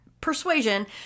persuasion